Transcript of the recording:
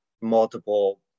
multiple